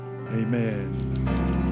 Amen